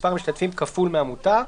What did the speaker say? מספר המשתתפים כפול מהמותר.